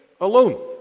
alone